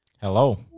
Hello